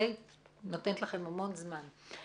אני נותנת לכם המון זמן.